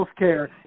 healthcare